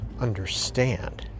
understand